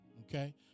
okay